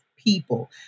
people